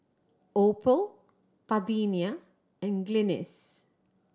Opal Parthenia and Glynis